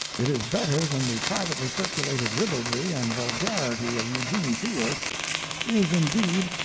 it is better than the privately circulated ribaldry and vulgarity of eugene field is, indeed,